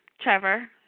Trevor